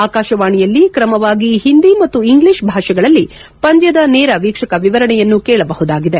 ಆಕಾಶವಾಣಿಯಲ್ಲಿ ಕ್ರಮವಾಗಿ ಹಿಂದಿ ಮತ್ತು ಇಂಗ್ಲೀಷ್ ಭಾಷೆಗಳಲ್ಲಿ ಪಂದ್ಲದ ನೇರ ವೀಕ್ಷಕ ವಿವರಣೆಯನ್ನು ಕೇಳಬಹುದಾಗಿದೆ